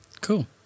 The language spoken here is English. Cool